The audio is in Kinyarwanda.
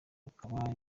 akaba